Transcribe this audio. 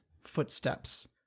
footsteps